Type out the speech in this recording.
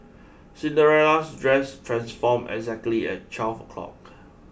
Cinderella's dress transformed exactly at twelve o'clock